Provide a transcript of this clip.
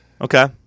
Okay